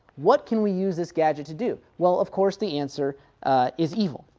what can we use this gadget to do? well of course the answer is evil.